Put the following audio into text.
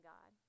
God